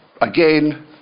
again